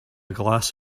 glass